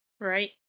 Right